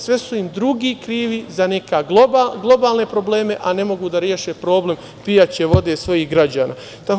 Sve su im drugi krivi za neke globalne probleme, a ne mogu da reše problem pijaće vode svojih građana.